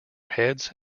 heads